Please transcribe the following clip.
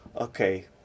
Okay